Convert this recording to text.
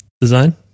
design